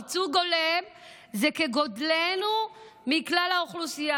ייצוג הולם זה כגודלנו באוכלוסייה,